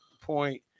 point